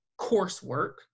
coursework